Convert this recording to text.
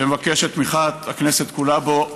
ומבקש את תמיכת הכנסת כולה בו.